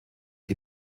die